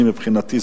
מבחינתי,